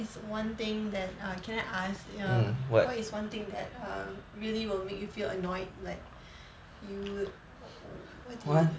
is one thing that err can I ask err what is one thing that err really will make you feel annoyed like you what do you